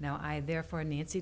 now i there for nancy